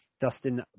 Dustin